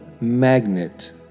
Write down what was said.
magnet